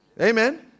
Amen